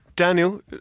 Daniel